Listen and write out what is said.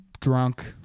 drunk